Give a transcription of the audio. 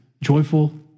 Joyful